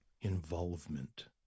involvement